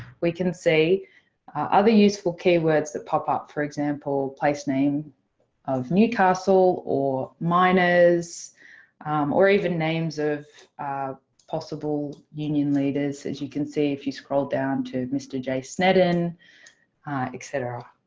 we can see other useful keywords that pop up. for example place name of newcastle or miners or even names of possible union leaders. as you can see if you scroll down to mr. j sneden etc.